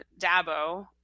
Dabo